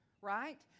right